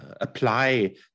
apply